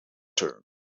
term